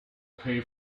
pay